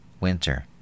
winter